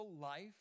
life